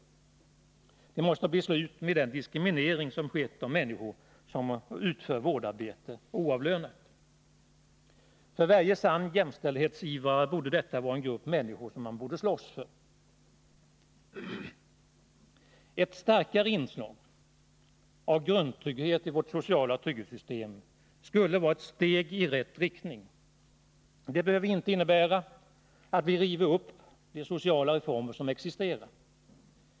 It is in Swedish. Det måste bli slut med den diskriminering som skett av de människor som utför oavlönat vårdarbete. För varje sann jämställdhetsivrare borde detta vara en grupp människor att slåss för. Ett starkare inslag av grundtrygghet i vårt sociala trygghetssystem skulle vara ett steg i rätt riktning. Det behöver inte innebära att vi river upp de sociala reformer som existerar.